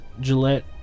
Gillette